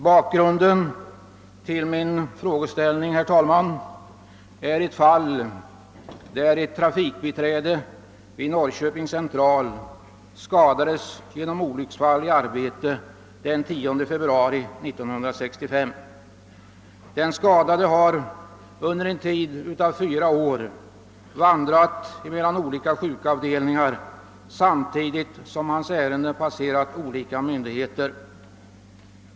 Bakgrunden till min fråga är, herr talman, ett fall där ett trafikbiträde vid Norrköpings centralstation skadades genom olycksfall i arbetet den 10 februari 1965. Den skadade har under en tid av fyra år vandrat mellan olika sjukavdelningar samtidigt som hans ärenden passerat olika myndigheter.